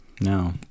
No